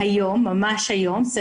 שוב ושוב את אותו